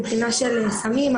מבחינה של סמים,